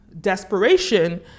desperation